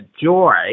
joy